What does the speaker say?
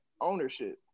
ownership